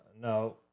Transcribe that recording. no